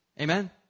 Amen